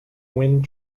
wind